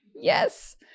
Yes